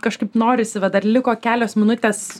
kažkaip norisi va dar liko kelios minutės